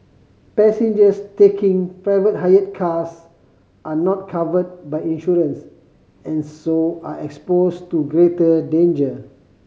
passengers taking private hire cars are not covered by insurance and so are exposed to greater danger